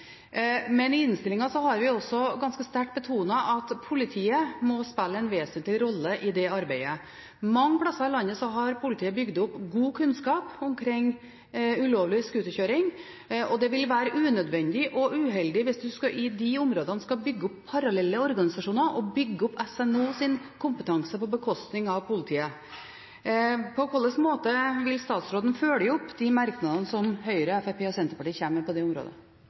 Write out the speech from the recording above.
men i innstillingen har vi også ganske sterkt betonet at politiet må spille en vesentlig rolle i det arbeidet. Mange steder i landet har politiet bygd opp god kunnskap om ulovlig scooterkjøring, og det vil være unødvendig og uheldig hvis en i disse områdene skal bygge opp parallelle organisasjoner – og bygge opp SNOs kompetanse på bekostning av politiets. På hvilken måte vil statsråden følge opp de merknadene som Høyre, Fremskrittspartiet og Senterpartiet kommer med på dette området?